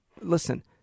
listen